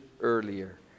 earlier